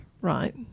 right